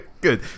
Good